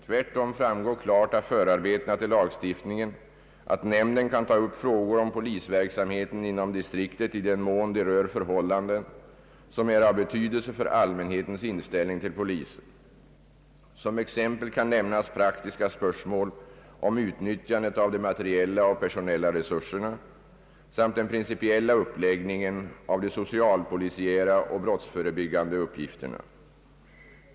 Tvärtom framgår klart av förarbetena till lagstiftningen att nämnden kan ta upp frågor om polisverksamheten inom distriktet i den mån de rör förhållanden som är av betydelse för allmänhetens inställning till polisen. Som exempel kan nämnas praktiska spörsmål om utnyttjandet av de materiella och personella resurserna samt den principiella uppläggningen av de socialpolisiära och brottsförebyggande uppgifterna.